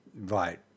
Right